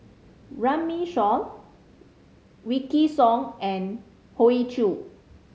Runme Shaw Wykidd Song and Hoey Choo